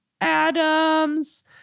Adams